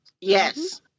Yes